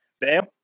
Bam